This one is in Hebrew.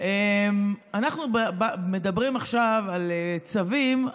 אנחנו מדברים עכשיו על צווים,